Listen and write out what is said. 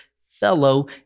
fellow